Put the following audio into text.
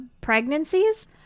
pregnancies